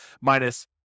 minus